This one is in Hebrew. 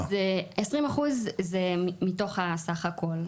20% זה מתוך הסך הכול.